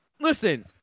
listen